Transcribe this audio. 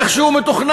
איך שהוא מתוכנן,